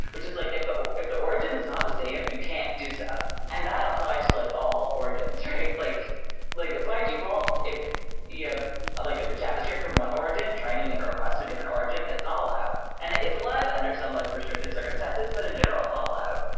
which is like if the if the origin is not the same, you can't do stuff. and that applies to like all origins. like like by default, if yeah like javascript from one origin trying to make a request to a different origin, it's not allowed. and it is allowed under some like restricted circumstances. but in general, it's not allowed.